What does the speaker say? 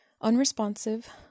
Unresponsive